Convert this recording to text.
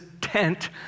tent